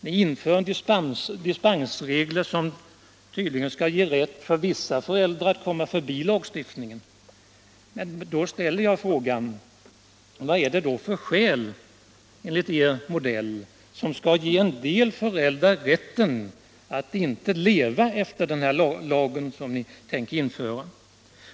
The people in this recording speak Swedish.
Ni inför dispensregler som tydligen skall ge rätt för vissa föräldrar att komma förbi lagstiftningen. Då ställer jag frågan: Vad är det för skäl till att, såsom i er modell, ge en del föräldrar rätten att inte leva efter den lag som ni vill införa?